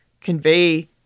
convey